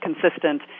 consistent